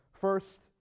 first